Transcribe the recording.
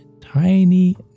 tiny